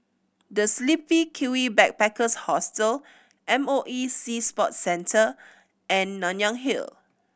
The Sleepy Kiwi Backpackers Hostel M O E Sea Sports Centre and Nanyang Hill